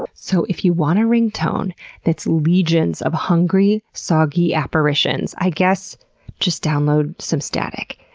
so if you want a ringtone that's legions of hungry, soggy, apparitions, i guess just download some static.